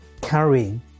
carrying